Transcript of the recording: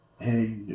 hey